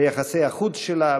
ביחסי החוץ שלה,